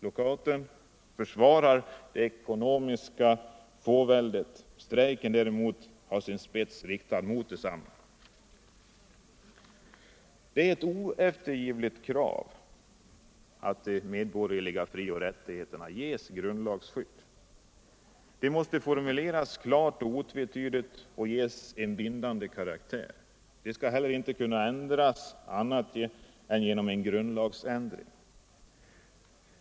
Lockouten försvarar det ekonomiska fåväldet, strejken har sin spets riktad mot detsamma. Det är ett oeftergivligt krav att de medborgerliga frioch rättigheterna ges grundlagsskydd. De måste formuleras klart och otvetydigt och ges en bindande karaktär. De skall heller inte kunna ändras annat än genom en grundlagsändring.